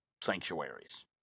sanctuaries